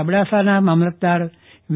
અબડાસાના મામલતદાર વી